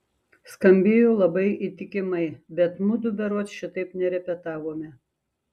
skambėjo labai įtikimai bet mudu berods šitaip nerepetavome